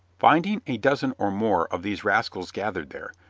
finding a dozen or more of these rascals gathered there,